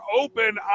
open